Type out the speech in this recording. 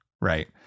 right